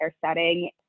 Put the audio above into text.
setting